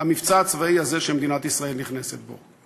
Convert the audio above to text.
המבצע הצבאי הזה שמדינת ישראל נכנסת בו.